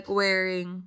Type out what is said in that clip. wearing